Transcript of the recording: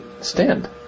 stand